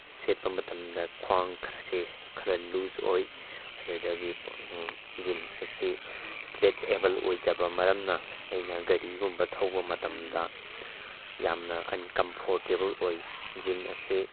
ꯁꯦꯠꯄ ꯃꯇꯝꯗ ꯈ꯭ꯋꯥꯡ ꯈꯔꯁꯦ ꯈꯔ ꯂꯨꯁ ꯑꯣꯏ ꯑꯗꯨꯗꯒꯤ ꯖꯤꯟ ꯑꯁꯤ ꯁ꯭ꯇꯔꯦꯆꯦꯕꯜ ꯑꯣꯏꯗꯕ ꯃꯔꯝꯅ ꯑꯩꯅ ꯒꯥꯔꯤꯒꯨꯝꯕ ꯊꯧꯕ ꯃꯇꯝꯗ ꯌꯥꯝꯅ ꯑꯟꯀꯝꯐꯣꯔꯇꯦꯕꯜ ꯑꯣꯏ ꯖꯤꯟ ꯑꯁꯤ